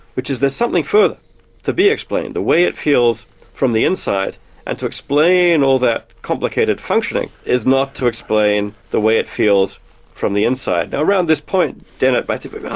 which is there's something further to be explained the way it feels from the inside and to explain all that complicated functioning is not to explain the way it feels from the inside. now around this point dennett basically says